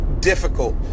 difficult